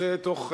יוצא בתוך,